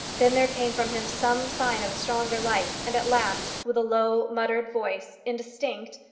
then there came from him some sign of a stronger life, and at last, with a low muttered voice, indistinct,